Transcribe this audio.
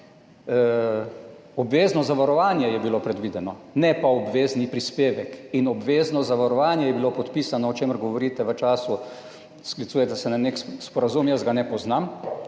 Obvezno zavarovanje je bilo predvideno, ne pa obvezni prispevek. In obvezno zavarovanje je bilo podpisano, o čemer govorite, v času, sklicujete se na neki sporazum, jaz ga ne poznam.